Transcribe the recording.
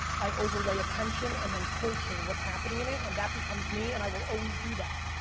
i overlay attention and then culture what's happening in it, and that becomes me, and i will always do that.